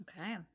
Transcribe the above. Okay